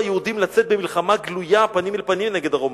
(היהודים) לצאת במלחמה גלויה פנים אל פנים נגד הרומאים,